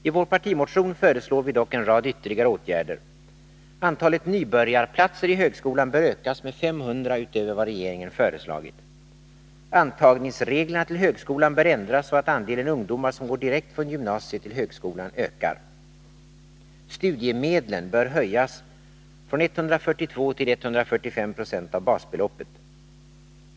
I vår partimotion föreslår vid dock en rad ytterligare åtgärder: Antalet nybörjarplatser i högskolan bör ökas med 500 utöver vad regeringen föreslagit. Antagningsreglerna till högskolan bör ändras så att andelen ungdomar som går direkt från gymnasiet till högskolan ökar.